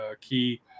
key